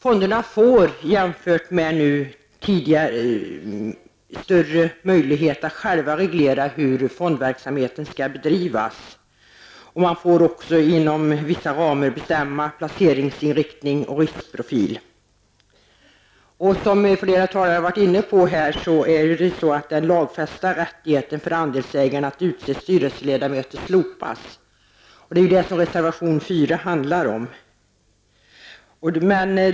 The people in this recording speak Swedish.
Fonderna får jämfört med nu större utrymme att själva reglera hur fondverksamheten skall bedrivas. Fonderna får, inom vissa ramar, bestämma placeringsinriktning och riskprofil. Som flera talare varit inne på slopas den tidigare lagfästa rättigheten för andelsägarna att utse vissa styrelseledamöter. Det är det som reservation nr 4 handlar om.